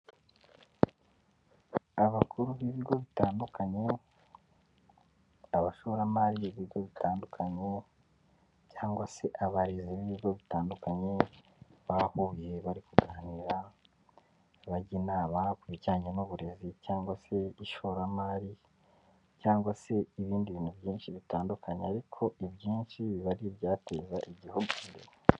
Abakuru b'ibigo bitandukanye, abashoramari b'ibigo bitandukanye cyangwa se abarezi b'ibigo bitandukanye, bahuye bari kuganira, bajya inama ku bijyanye n'uburezi cyangwa se ishoramari cyangwa se ibindi bintu byinshi bitandukanye, ariko ibyinshi biba ari ibyateza igihugu imbere.